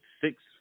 six